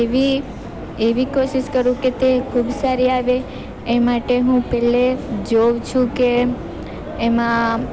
એવી એવી કોશિશ કરું કે તે ખૂબ સારી આવે એ માટે હું પહેલાં જોઉં છું કે એમાં